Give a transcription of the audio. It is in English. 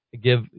give